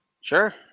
Sure